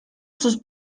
sus